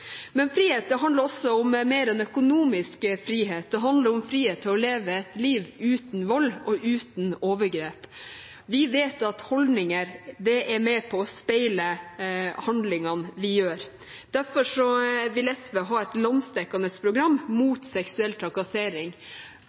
Men frihet handler også om mer enn økonomisk frihet, det handler om frihet til å leve et liv uten vold og overgrep. Vi vet at holdninger er med på å speile handlingene vi gjør. Derfor vil SV ha et landsdekkende program mot seksuell trakassering,